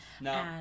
No